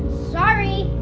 sorry!